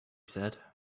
said